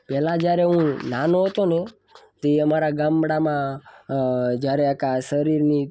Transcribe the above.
પહેલાં જ્યારે હું નાનો હતો ને તે અમારાં ગામડામાં જ્યારે આખા શરીરની